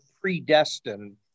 predestined